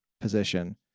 position